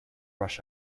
rush